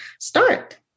start